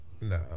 Nah